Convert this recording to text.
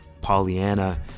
Pollyanna